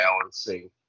balancing